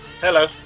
Hello